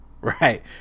Right